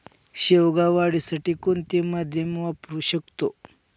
शेवगा वाढीसाठी कोणते माध्यम वापरु शकतो?